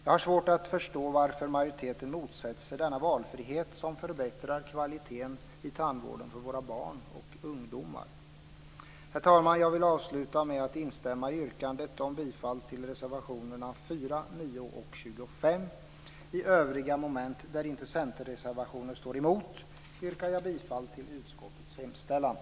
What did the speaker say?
Jag har svårt att förstå varför majoriteten motsätter sig denna valfrihet, som förbättrar kvaliteten i tandvården för våra barn och ungdomar. Herr talman! Jag vill avsluta med att instämma i yrkandet om bifall till reservationerna 4, 9 och 25. I övriga moment där centerreservationer inte står emot yrkar jag bifall till utskottets hemställan.